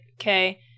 okay